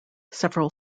several